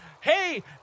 Hey